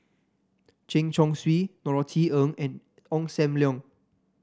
Chen Chong Swee Norothy Ng and Ong Sam Leong